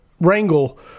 wrangle